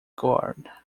guard